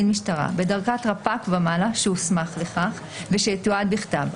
משטרה בדרגת רפ"ק ומעל שהוסמך לכך ושיתועד בכתב.